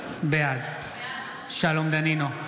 בעד שלום דנינו,